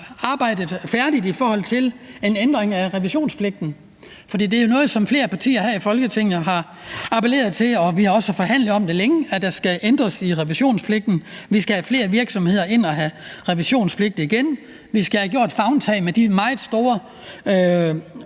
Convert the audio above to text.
arbejdet færdigt i forhold til en ændring af revisionspligten. For det er noget, som flere partier her i Folketinget har appelleret til, og vi har også længe forhandlet om, at der skal ændres i revisionspligten. Vi skal have flere virksomheder ind og have revisionspligt igen. Vi skal have taget et favntag med de meget store